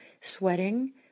sweating